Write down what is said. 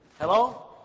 Hello